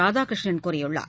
ராதாகிருஷ்ணன் கூறியுள்ளார்